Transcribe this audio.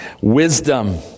wisdom